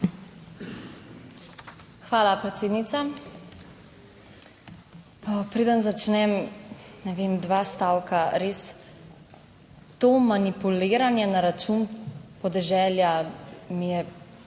Hvala, predsednica. Preden začnem, ne vem, dva stavka, res, to manipuliranje na račun podeželja, mi je